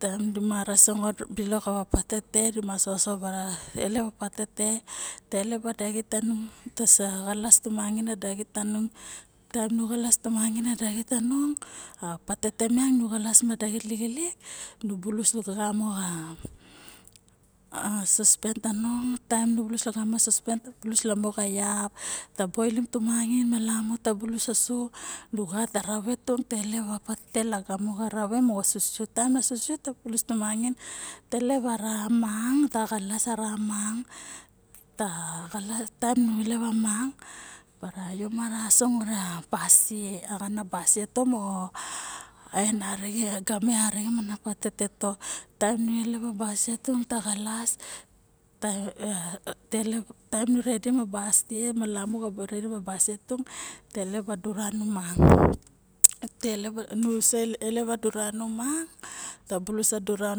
Taem di mara sangot bilok patete dimara osoxo bara tailep balok a kodaxit tanung ta xalas tomangain a patete nu bulus ka sosopen tanung nu bulus lamo xa vap ta boilim tomangain malamu ta bulus a sup nu xat a rave tung tailep moxo sisiu taba bulus tomangain ta elep a ra meng ta sup bara vo ma ra sangot a basie to moxo game arixen ona patete to taem nu elep basie tung ta xalas ta elep dura nei miang ta bulus a dura